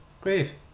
Great